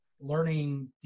learning